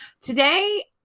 Today